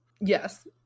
yes